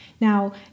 Now